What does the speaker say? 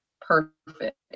perfect